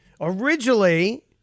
Originally